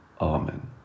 Amen